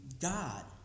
God